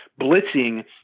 blitzing